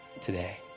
today